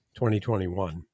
2021